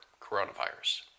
coronavirus